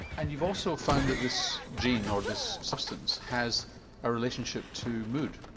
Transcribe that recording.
and you've also found that this gene, or this substance has a relationship to mood?